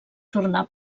tornar